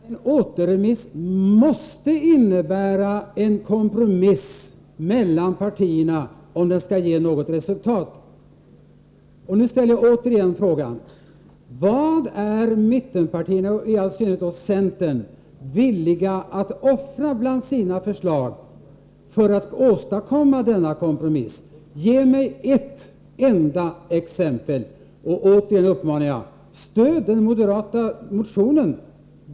Herr talman! En återremiss måste innebära en kompromiss mellan partierna, om den skall ge något resultat. Nu ställer jag återigen frågan: Vad är mittenpartierna — i all synnerhet centern — villiga att offra bland sina förslag för att åstadkomma denna kompromiss? Ge ett enda exempel! Ännu en gång uppmanar jag: Stöd den moderata motionen!